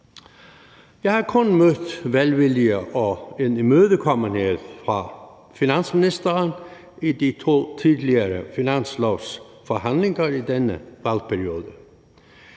Jeg har kun mødt velvilje og imødekommenhed fra finansministeren i de to tidligere finanslovsforhandlinger i denne valgperiode.